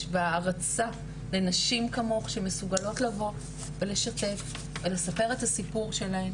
בהערכה לנשים כמוך שמסוגלות לבוא ולשתף ולספר את הסיפור שלהן